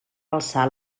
alçar